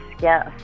yes